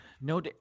No